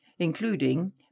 Including